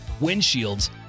windshields